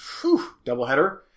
doubleheader